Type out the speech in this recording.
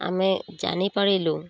ଆମେ ଜାନିପାରିଲୁ